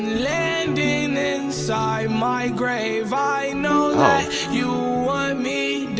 landing inside my grave. i know you want me dead